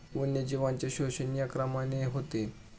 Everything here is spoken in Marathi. वन्यजीवांचे शोषण या क्रमाने होते